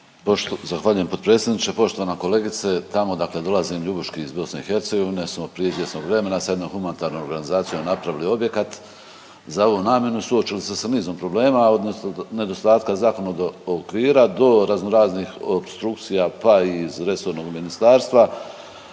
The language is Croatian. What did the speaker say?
Zahvaljujem potpredsjedniče. Poštovana kolegice tamo odakle dolazim Ljubuški iz BiH smo prije izvjesnog vremena sa jednom humanitarnom organizacijom napravili objekat za ovu namjenu, suočili se sa nizom problema od nedostatka zakonodavnog okvira do razno raznih opstrukcija pa i iz resornog ministarstva,